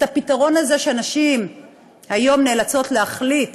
הפתרון הזה, שנשים היום נאלצות להחליט